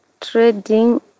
trading